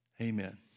Amen